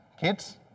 kids